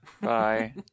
Bye